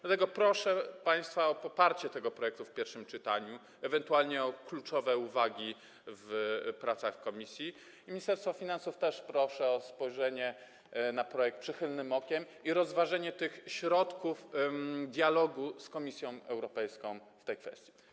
Dlatego proszę państwa o poparcie tego projektu w pierwszym czytaniu, ewentualnie o kluczowe uwagi podczas prac komisji, i Ministerstwo Finansów też proszę o spojrzenie na projekt przychylnym okiem i rozważenie tych środków dialogu z Komisją Europejską w tej kwestii.